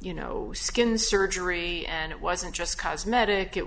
you know skin surgery and it wasn't just cosmetic it